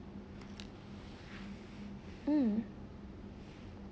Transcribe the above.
mm